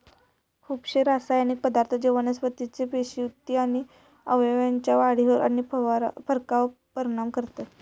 खुपशे रासायनिक पदार्थ जे वनस्पतीचे पेशी, उती आणि अवयवांच्या वाढीवर आणि फरकावर परिणाम करतत